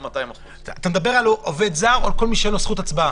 200%. אתה מדבר על עובד זר או על כל מי שאין לו זכות הצבעה?